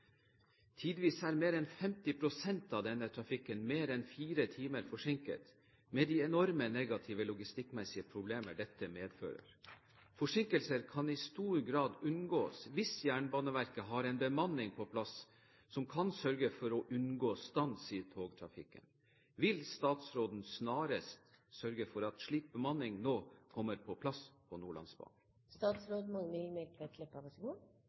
Tidvis er mer enn 50 pst. av denne trafikken mer enn fire timer forsinket, med de enorme negative logistikkmessige problemer dette medfører. Forsinkelser kan i stor grad unngås hvis Jernbaneverket har en bemanning på plass som kan sørge for å unngå stans i togtrafikken. Vil statsråden snarest sørge for at slik bemanning nå kommer på plass på